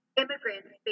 immigrants